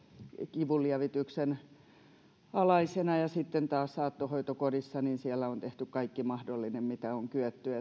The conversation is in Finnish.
kivunlievityksen alaisena ja sitten taas saattohoitokodissa on tehty kaikki mahdollinen mitä on kyetty